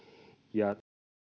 ja